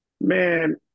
Man